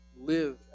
live